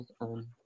on